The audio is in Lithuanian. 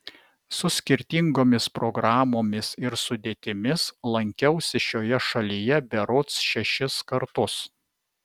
su skirtingomis programomis ir sudėtimis lankiausi šioje šalyje berods šešis kartus